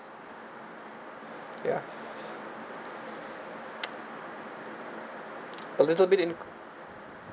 ya a little bit in